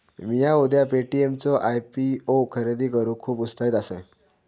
मिया उद्या पे.टी.एम चो आय.पी.ओ खरेदी करूक खुप उत्साहित असय